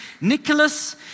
Nicholas